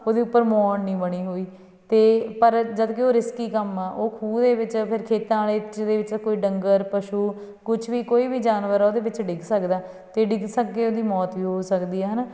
ਉਹਦੇ ਉੱਪਰ ਮੋਡ ਨਹੀਂ ਬਣੀ ਹੋਈ ਅਤੇ ਪਰ ਜਦ ਕਿ ਉਹ ਰਿਸਕੀ ਕੰਮ ਆ ਉਹ ਖੂਹ ਦੇ ਵਿੱਚ ਫਿਰ ਖੇਤਾਂ ਵਾਲੇ 'ਚ ਜਿਹਦੇ ਵਿੱਚ ਕੋਈ ਡੰਗਰ ਪਸ਼ੂ ਕੁਛ ਵੀ ਕੋਈ ਵੀ ਜਾਨਵਰ ਆ ਉਹਦੇ ਵਿੱਚ ਡਿੱਗ ਸਕਦਾ ਅਤੇ ਡਿੱਗ ਸਕਦੇ ਉਹਦੀ ਮੌਤ ਵੀ ਹੋ ਸਕਦੀ ਹੈ ਨਾ